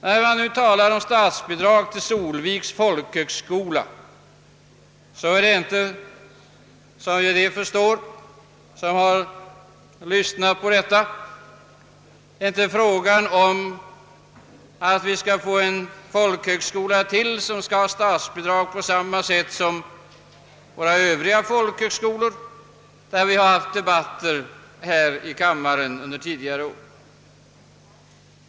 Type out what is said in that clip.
När man nu talar om statsbidrag till Solviks folkhögskola är det inte — som de förstår vilka lyssnat på detta anförande — fråga om att lämna ett bidrag till ytterligare en folkhögskola i raden av sådana skolor om vilka vi haft debatter här i kammaren under årens lopp.